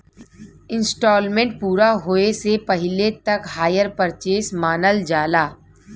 instalment पूरा होये से पहिले तक हायर परचेस मानल जाला